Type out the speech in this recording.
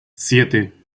siete